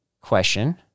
question